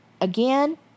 Again